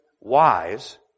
wise